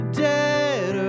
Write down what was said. dead